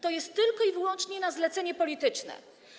To jest tylko i wyłącznie na zlecenie polityczne.